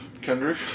Kendrick